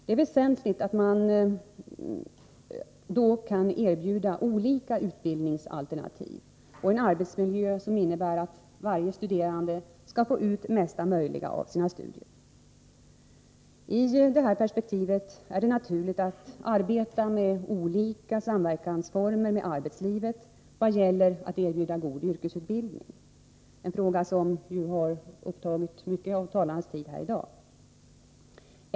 Det är väsentligt att man då kan erbjuda olika utbildningsalternativ och en arbetsmiljö som innebär att varje studerande skall få ut det mesta möjliga av sina studier. I detta perspektiv är det naturligt att arbeta med olika former för samverkan med arbetslivet i vad gäller att erbjuda god yrkesutbildning — en fråga som har upptagit mycket av talarnas tid här i dag.